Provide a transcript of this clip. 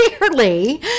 clearly